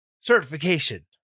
certification